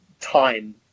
time